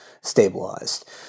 stabilized